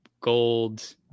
gold